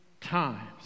times